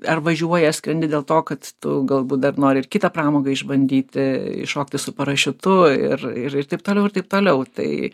ar važiuoji ar skrendi dėl to kad tu galbūt dar nori ir kitą pramogą išbandyti iššokti su parašiutu ir ir taip toliau ir taip toliau tai